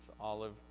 olive